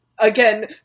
again